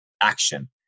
action